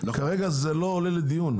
כרגע זה לא עולה לדיון,